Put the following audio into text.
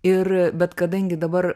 ir bet kadangi dabar